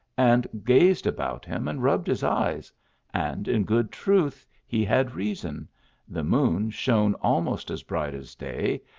and gazed about him, and rubbed his eyes and in good truth he had reason the moon shone almost as bright as day,